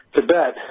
Tibet